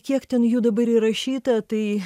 kiek ten jų dabar įrašyta tai